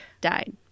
died